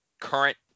current